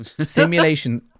Simulation